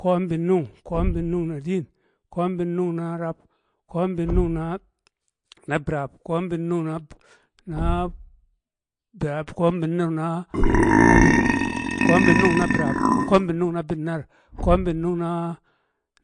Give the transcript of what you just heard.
ko̱o̱m binnung, ko̱o̱m binnung na diin, ko̱o̱m binnung na- na birab, ko̱o̱m binnun nab- nab biyab, ko̱o̱m binnung na bin ko̱o̱m binnung na binnang ko̱o̱m binnung na-